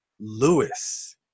Lewis